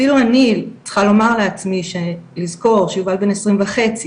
אפילו אני צריכה לומר לעצמי לזכור שיובל בן 20 וחצי